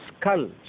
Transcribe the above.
skulls